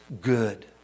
good